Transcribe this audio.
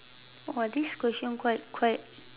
!wow! this question quite quite